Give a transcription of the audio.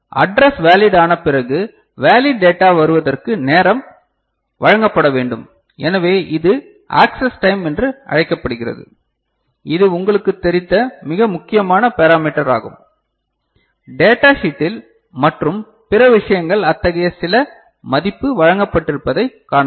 address valid ஆன பிறகு valid data வருவதற்கு நேரம் வழங்கப்பட வேண்டும் எனவே இது ஆக்சஸ் டைம் என்று அழைக்கப்படுகிறது இது உங்களுக்குத் தெரிந்த மிக முக்கியமான பெராமீட்டர் ஆகும் டேட்டா ஷீட்டில் மற்றும் பிற விஷயங்கள் அத்தகைய சில மதிப்பு வழங்கப்பட்டிருப்பதைக் காணலாம்